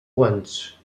guants